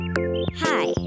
Hi